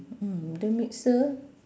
mm the mixer